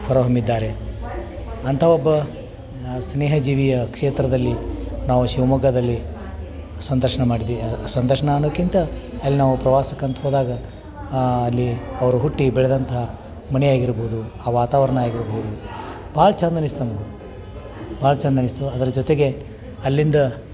ಹೊರಹೊಮ್ಮಿದ್ದಾರೆ ಅಂಥ ಒಬ್ಬ ಸ್ನೇಹ ಜೀವಿಯ ಕ್ಷೇತ್ರದಲ್ಲಿ ನಾವು ಶಿವಮೊಗ್ಗದಲ್ಲಿ ಸಂದರ್ಶನ ಮಾಡಿದ್ವಿ ಸಂದರ್ಶನ ಅನ್ನೋದ್ಕಿಂತ ಅಲ್ಲಿ ನಾವು ಪ್ರವಾಸಕ್ಕೆ ಅಂತ ಹೋದಾಗ ಅಲ್ಲಿ ಅವರು ಹುಟ್ಟಿ ಬೆಳೆದಂತಹ ಮನೆಯಾಗಿರ್ಬೋದು ಆ ವಾತಾವರಣ ಆಗಿರಬಹುದು ಭಾಳ ಚೆಂದ ಅನ್ನಿಸ್ತು ನಮಗೆ ಭಾಳ ಚೆಂದ ಅನ್ನಿಸ್ತದೆ ಅದ್ರ ಜೊತೆಗೆ ಅಲ್ಲಿಂದ